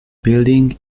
building